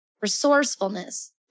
resourcefulness